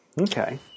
okay